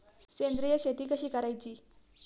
सेंद्रिय शेती कशी करायची?